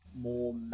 more